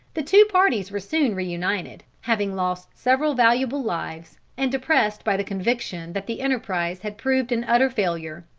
the two parties were soon reunited, having lost several valuable lives, and depressed by the conviction that the enterprise had proved an utter failure.